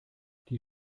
die